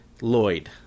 Lloyd